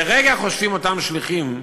לרגע חושבים אותם שליחים,